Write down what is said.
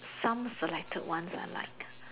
some selected ones are like